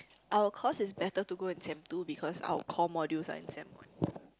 our course is better to go in sem two because our core modules are in sem one